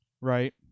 right